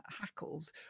hackles